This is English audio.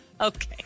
Okay